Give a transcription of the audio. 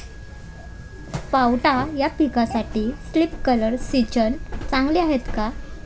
पावटा या पिकासाठी स्प्रिंकलर सिंचन चांगले आहे का?